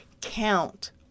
count